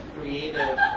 creative